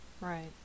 Right